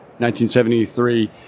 1973